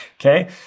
Okay